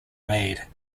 made